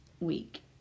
week